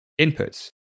inputs